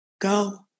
go